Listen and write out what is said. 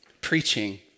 preaching